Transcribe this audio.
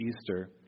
Easter